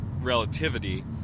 relativity